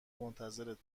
منتظرت